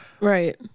Right